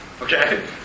okay